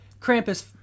Krampus